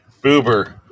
Boober